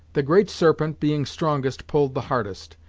the great serpent, being strongest, pulled the hardest,